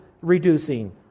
reducing